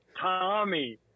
Tommy